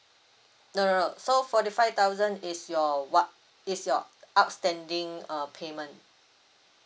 no no no so forty five thousand is your what is your outstanding uh payment